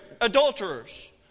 adulterers